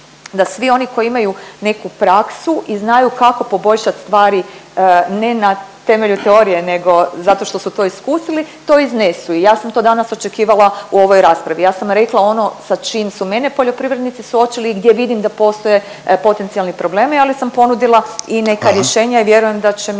da svi oni koji imaju neku praksu i znaju kako poboljšat stvari ne na temelju teorije nego zato što su to iskusili, to iznesu i ja sam to danas očekivala u ovoj raspravi. Ja sam rekla ono sa čim su mene poljoprivrednici suočili i gdje vidim da postoje potencijalni problemi, ali sam ponudila i neka… …/Upadica Reiner: Hvala./… …